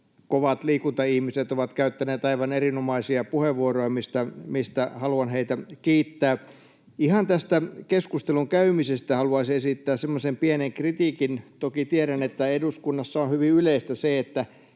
kovat liikuntaihmiset ovat käyttäneet aivan erinomaisia puheenvuoroja, mistä haluan heitä kiittää. Ihan tästä keskustelun käymisestä haluaisin esittää semmoisen pienen kritiikin — toki tiedän, että eduskunnassa on hyvin yleistä se, että